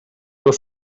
was